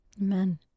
Amen